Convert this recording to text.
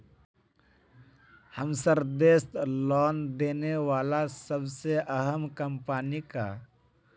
हमसार देशत लोन देने बला सबसे अहम कम्पनी क